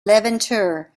levanter